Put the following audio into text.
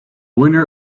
winner